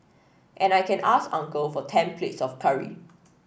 and I can ask uncle for ten plates of curry